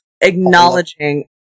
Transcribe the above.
acknowledging